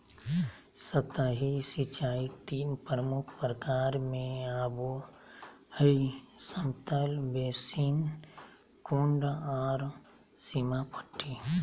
सतही सिंचाई तीन प्रमुख प्रकार में आबो हइ समतल बेसिन, कुंड और सीमा पट्टी